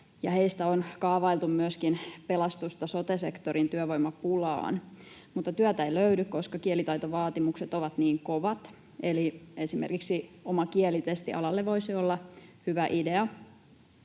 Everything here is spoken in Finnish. heistä on kaavailtu myöskin pelastusta sote-sektorin työvoimapulaan. Mutta työtä ei löydy, koska kielitaitovaatimukset ovat niin kovat, eli esimerkiksi oma kielitesti alalle voisi olla hyvä idea.